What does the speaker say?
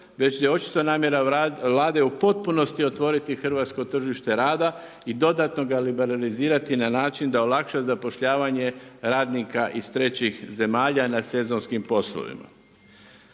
već je očito namjera Vlade u potpunosti otvoriti hrvatsko tržište rada i dodatno ga liberalizirati na način da olakša zapošljavanje radnika iz trećih zemalja na sezonskim poslovima.